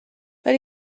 but